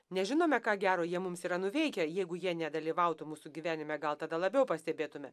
nežinome ką gero jie mums yra nuveikę jeigu jie nedalyvautų mūsų gyvenime gal tada labiau pastebėtume